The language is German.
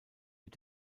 mit